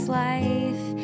life